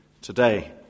today